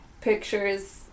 pictures